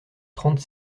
trente